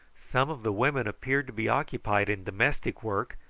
some of the women appeared to be occupied in domestic work,